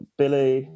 billy